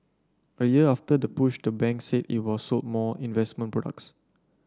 a year after the push the bank said it was sold more investment products